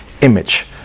image